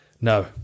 No